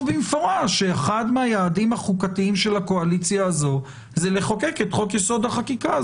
במפורש שאחד מהיעדים החוקתיים שלה הוא לחוקק את חוק-יסוד: החקיקה.